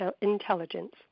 intelligence